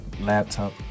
laptop